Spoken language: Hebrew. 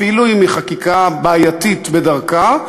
אפילו אם היא חקיקה בעייתית בדרכה.